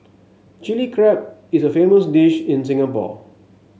Chilli Crab is a famous dish in Singapore